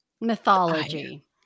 Mythology